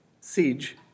siege